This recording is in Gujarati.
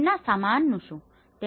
તેમના સામાનનુ શું થયું